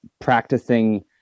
practicing